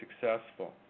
successful